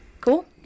Cool